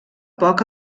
poc